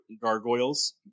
Gargoyles